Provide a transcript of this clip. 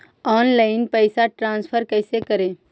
Online पैसा transfer कैसे करे?